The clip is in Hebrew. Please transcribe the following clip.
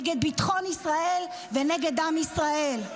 נגד ביטחון ישראל ונגד עם ישראל.